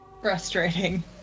frustrating